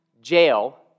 Jail